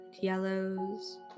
yellows